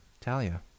Talia